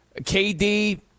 KD